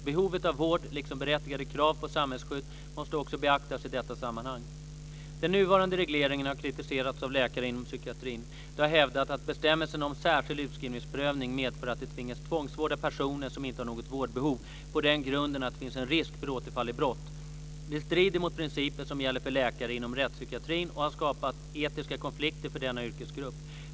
Behovet av vård liksom berättigade krav på samhällsskydd måste också beaktas i detta sammanhang. Den nuvarande regleringen har kritiserats av läkare inom psykiatrin. De har hävdat att bestämmelserna om särskild utskrivningsprövning medför att de tvingas tvångsvårda personer som inte har något vårdbehov på den grunden att det finns en risk för återfall i brott. Det strider mot principer som gäller för läkare inom rättspsykiatrin och har skapat etiska konflikter för denna yrkesgrupp.